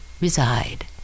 reside